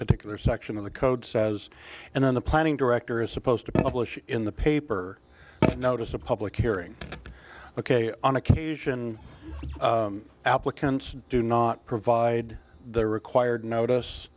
particular section of the code says and then the planning director is supposed to publish in the paper notice a public hearing ok on occasion applicants do not provide the required notice